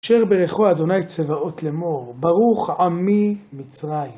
אשר ברכו אדוני צבאות לאמור, ברוך עמי מצרים.